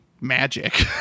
magic